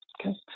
Okay